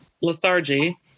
lethargy